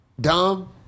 Dumb